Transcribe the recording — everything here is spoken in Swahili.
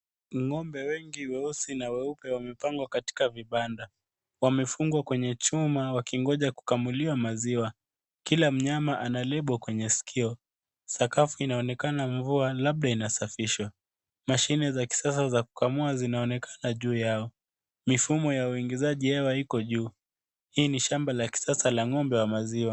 Ngombe wengi weusi na weupe wamepangwa katika vibanda. Wamefungwa kwenye chuma wakingoja kukamuliwa maziwa. Kila mnyama ana lebo kwenye sikio. Sakafu inaonekana mvua, labda inasafishwa. Mashine za kisasa za kukamua zinaonekana juu yao. Mifumo ya uingizaji hewa iko juu. Hii ni shamba la kisasa la ngombe wa maziwa.